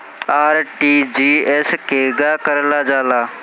RTGS केगा करलऽ जाला?